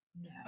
No